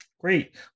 great